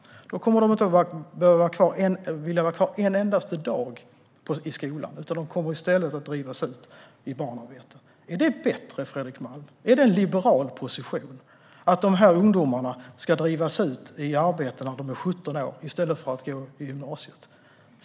De kommer inte att vilja vara kvar en enda dag till i skolan utan kommer i stället att drivas ut i barnarbete. Är det bättre, Fredrik Malm? Är det en liberal position att dessa ungdomar ska drivas ut i arbete när de är 17 år, i stället för att gå på gymnasiet?